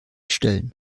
stellen